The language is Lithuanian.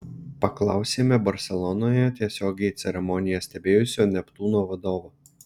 paklausėme barselonoje tiesiogiai ceremoniją stebėjusio neptūno vadovo